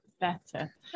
better